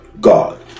God